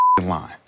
line